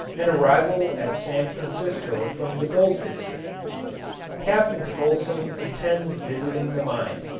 an arrival at san francisco from the gold district captain fulsom intends visiting the mine